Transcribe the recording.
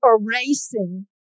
erasing